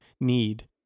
need